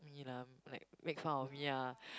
me ah like make fun of me ah